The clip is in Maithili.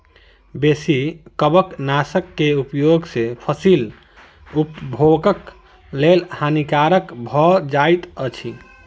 बेसी कवकनाशक के उपयोग सॅ फसील उपभोगक लेल हानिकारक भ जाइत अछि